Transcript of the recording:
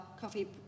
coffee